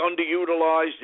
underutilized